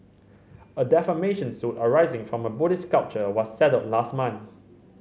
a defamation suit arising from a Buddhist sculpture was settled last month